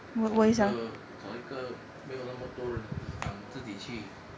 找一个找一个没有那么多人的地方自己去